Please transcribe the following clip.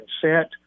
consent